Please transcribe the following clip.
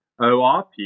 ORP